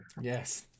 Yes